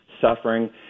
suffering